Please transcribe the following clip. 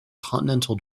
continental